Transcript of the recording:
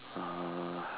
uh